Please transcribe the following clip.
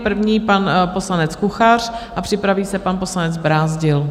První pan poslanec Kuchař a připraví se pan poslanec Brázdil.